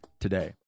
today